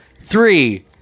three